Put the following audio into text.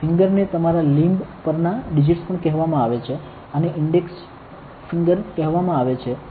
ફિંગરને તમારા લીંબ હાથપગ પરના ડિજિટ્સ પણ કહેવામાં આવે છે આને ઇન્ડેક્સ ફિંગર કહેવામાં આવે છે